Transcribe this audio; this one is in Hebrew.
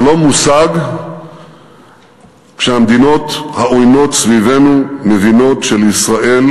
השלום הושג כשהמדינות העוינות סביבנו מבינות שלישראל